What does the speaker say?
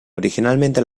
originalmente